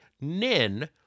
nin